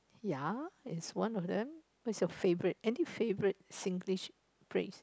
ya is one of them what's your favorite any favorite Singlish phrase